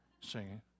singing